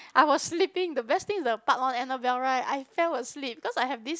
I was sleeping the best thing is the part one Annabelle right I fell asleep because I have this